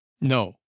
No